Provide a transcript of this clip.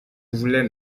voulais